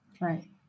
Right